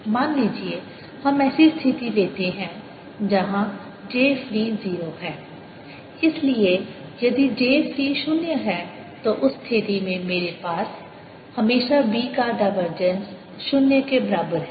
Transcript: मान लीजिए हम ऐसी स्थिति लेते हैं जहां j फ्री 0 है इसलिए यदि j फ्री शून्य है तो उस स्थिति में मेरे पास हमेशा B का डायवर्जेंस शून्य के बराबर है